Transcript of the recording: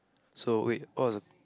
so wait what was the